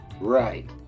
Right